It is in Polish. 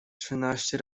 trzynaście